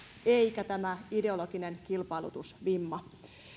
eikä tämä ideologinen kilpailutusvimma